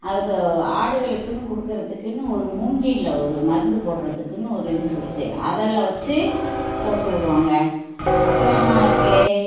அதுக்கு ஆடுகளுக்குன்னு கொடுக்குறதுக்குன்னு ஒரு மூங்கிலில் ஒரு மருந்து போடுகிறதுக்குன்னு ஒரு இது இருக்குது அதெல்லாம் வச்சு போட்டு விடுவோங்க அப்புறம் என்ன இருக்குது